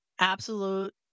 absolute